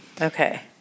Okay